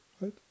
right